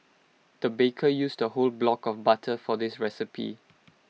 the baker used A whole block of butter for this recipe